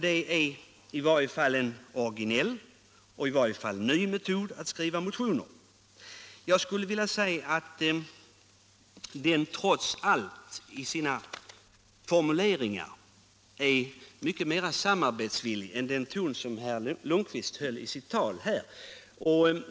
Det är i varje fall en originell och ny metod att skriva motioner. Men motionen antyder trots allt i sina formuleringar mycket mer samarbetsvilja än den ton herr Lundkvist höll i sitt anförande.